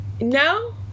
No